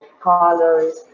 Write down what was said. colors